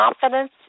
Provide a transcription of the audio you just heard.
confidence